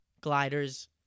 gliders